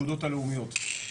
הלאומיות.